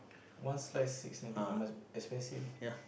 one slice six ninety must expensive